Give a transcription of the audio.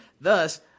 Thus